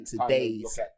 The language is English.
today's